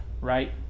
right